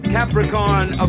Capricorn